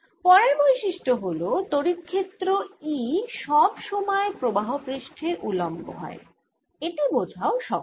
পরের বৈশিষ্ট্য হল তড়িৎ ক্ষেত্র E সব সময় প্রবাহ পৃষ্ঠের উলম্ব হয় এটি বোঝাও সহজ